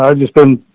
um just been